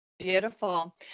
Beautiful